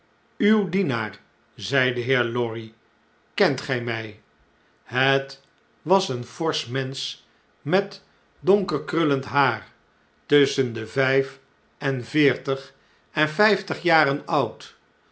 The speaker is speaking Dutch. opnam en zn'n naam uitsprak uw dienaar zeideheerlorry kentgemjj het was een forsch mensch met donker krullend haar tusschen de vjjf en veertig en vijftig jaren oud